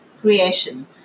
creation